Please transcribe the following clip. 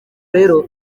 rero